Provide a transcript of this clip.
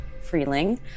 Freeling